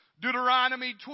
Deuteronomy